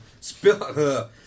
Spill